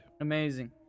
Amazing